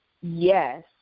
Yes